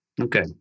Okay